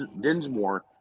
dinsmore